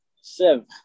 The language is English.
Seven